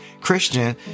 Christian